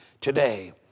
today